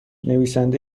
نویسنده